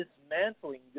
dismantling